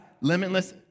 limitless